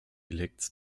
elects